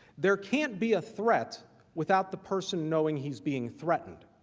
there can't be a threat without the person knowing he is being threatened.